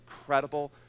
incredible